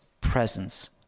presence